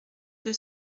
deux